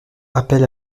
appelle